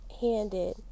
handed